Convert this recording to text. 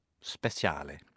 Speciale